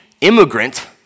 immigrant